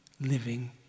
living